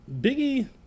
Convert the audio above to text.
Biggie